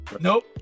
Nope